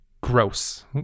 Gross